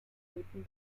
minuten